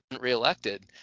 reelected